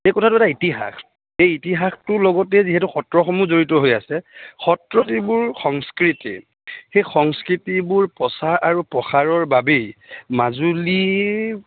এই কথাটো এটা ইতিহাস এই ইতিহাসটোৰ লগতেই যিহেতু সত্ৰসমূহ জড়িত হৈ আছে সত্ৰৰ যিবোৰ সংস্কৃতি সেই সংস্কৃতিবোৰ প্ৰচাৰৰ আৰু প্ৰসাৰ বাবেই মাজুলীৰ